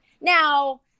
Now